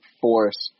force